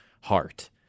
heart